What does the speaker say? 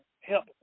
help